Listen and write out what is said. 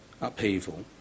upheaval